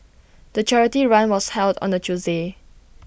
the charity run was held on A Tuesday